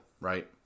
right